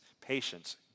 patience